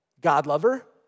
God-lover